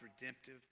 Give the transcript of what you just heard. redemptive